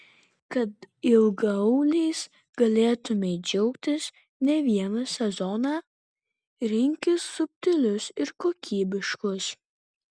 kad ilgaauliais galėtumei džiaugtis ne vieną sezoną rinkis subtilius ir kokybiškus